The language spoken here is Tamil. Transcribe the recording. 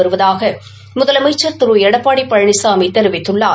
வருவதாக முதலமைச்சர் திரு எடப்பாடி பழனிசாமி தெரிவித்துள்ளார்